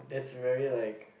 it's very like